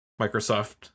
Microsoft